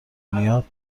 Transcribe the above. میاد